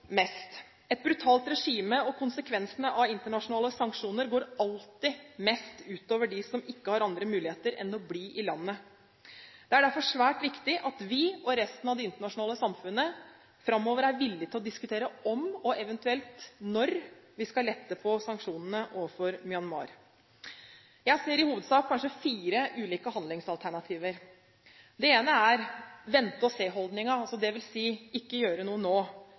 mest. Et brutalt regime og konsekvensene av internasjonale sanksjoner går alltid mest ut over dem som ikke har andre muligheter enn å bli i landet. Det er derfor svært viktig at vi og resten av det internasjonale samfunnet framover er villige til å diskutere om, og eventuelt når, vi skal lette på sanksjonene overfor Myanmar. Jeg ser i hovedsak fire ulike handlingsalternativer. Det ene er vente-og-se-holdningen, dvs. ikke gjøre noe nå – holde kontakten, men ikke gjøre